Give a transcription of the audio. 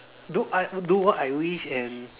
do I do what I wish and